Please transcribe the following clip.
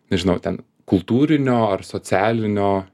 nežinau ten kultūrinio ar socialinio